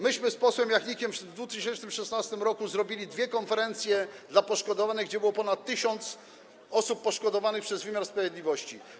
Myśmy z posłem Jachnikiem w 2016 r. zrobili dwie konferencje dla poszkodowanych, gdzie było ponad 1000 osób poszkodowanych przez wymiar sprawiedliwości.